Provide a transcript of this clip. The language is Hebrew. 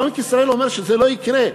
בנק ישראל אומר שזה לא יקרה.